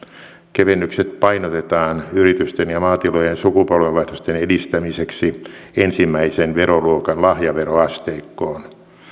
kevennykset painotetaan yritysten ja maatilojen sukupolvenvaihdosten edistämiseksi ensimmäisen veroluokan lahjaveroasteikkoon